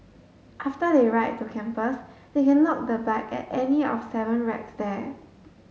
after they ride to campus they can lock the bike at any of seven racks there